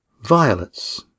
Violets